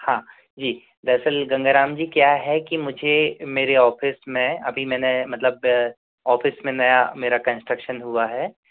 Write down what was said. हाँ जी दरअसल गंगाराम जी क्या है कि मुझे मेरे ऑफ़िस में अभी मैंने मतलब ऑफ़िस में नया मेरा कंस्ट्रक्शन हुआ है